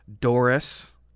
Doris